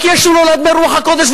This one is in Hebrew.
רק ישו נולד מרוח הקודש,